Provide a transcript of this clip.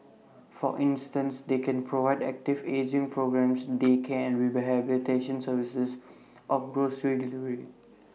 for instance they can provide active ageing programmes daycare and rehabilitation services or grocery delivery